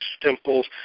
temples